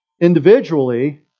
individually